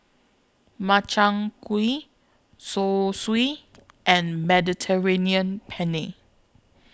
Makchang Gui Zosui and Mediterranean Penne